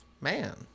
Man